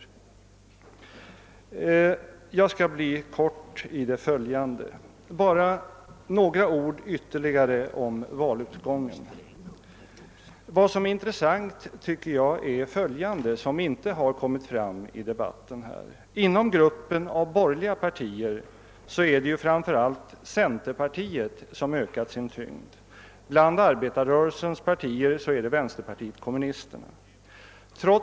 I det följande skall jag fatta mig kort, men låt mig ändå bara säga några ord ytterligare om valutgången. Vad som i detta sammanhang är intressant är enligt min mening följande synpunkt, som inte kommit fram under dagens debatt. Inom gruppen av borgerliga partier är det framför allt centerpartiet som ökat sin tyngd. Bland arbetarrörelsens partier är det vänsterpartiet kommunisterna som gått framåt.